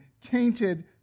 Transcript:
tainted